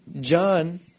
John